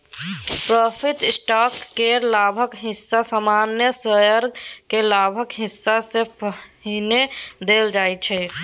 preferred stock केर लाभक हिस्सा सामान्य शेयरक लाभक हिस्सा सँ पहिने देल जाइ छै